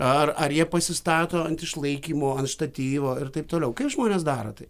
ar ar jie pasistato ant išlaikymo ant štatyvo ir taip toliau kaip žmonės daro tai